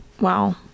Wow